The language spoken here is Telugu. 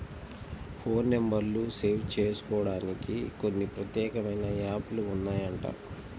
ఫోన్ నెంబర్లు సేవ్ జేసుకోడానికి కొన్ని ప్రత్యేకమైన యాప్ లు ఉన్నాయంట